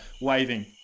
waving